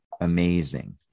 amazing